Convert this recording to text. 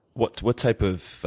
what what type of